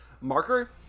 Marker